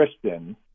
Kristen